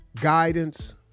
guidance